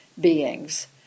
beings